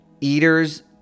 eaters